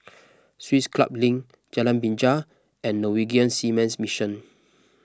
Swiss Club Link Jalan Binjai and Norwegian Seamen's Mission